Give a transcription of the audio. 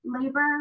labor